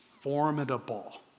formidable